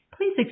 please